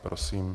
Prosím.